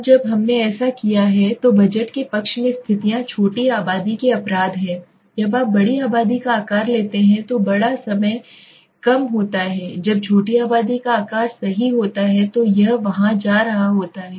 अब जब हमने ऐसा किया है तो बजट के पक्ष में स्थितियां छोटी आबादी के अपराध हैं जब आप बड़ी आबादी का आकार लेते हैं तो बड़ा समय कम होता है जब छोटी आबादी का आकार सही होता है तो यह वहां जा रहा होता है